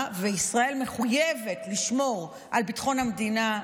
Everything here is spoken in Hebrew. וישראל מחויבת לשמור על ביטחון המדינה,